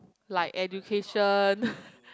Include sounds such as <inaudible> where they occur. like education <laughs>